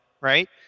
right